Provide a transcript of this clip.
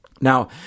Now